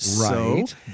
Right